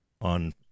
on